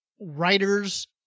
writer's